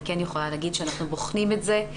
אני כן יכולה להגיד שאנחנו בוחנים את זה.